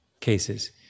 cases